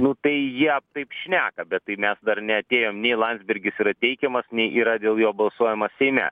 nu tai jie taip šneka bet tai mes dar neatėjom nei landsbergis yra teikiamas nei yra dėl jo balsuojama seime